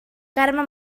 carme